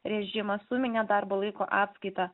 režimą suminė darbo laiko apskaitą